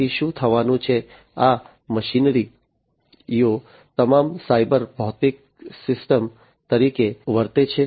તેથી શું થવાનું છે આ મશીનરીઓ તમામ સાયબર ભૌતિક સિસ્ટમ તરીકે વર્તે છે